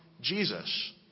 Jesus